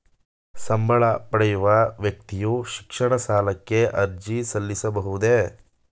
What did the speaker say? ಸಂಬಳ ಪಡೆಯುವ ವ್ಯಕ್ತಿಯು ಶಿಕ್ಷಣ ಸಾಲಕ್ಕೆ ಅರ್ಜಿ ಸಲ್ಲಿಸಬಹುದೇ?